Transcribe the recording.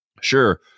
sure